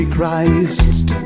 Christ